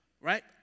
right